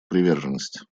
приверженность